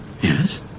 yes